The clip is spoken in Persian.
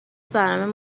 برنامه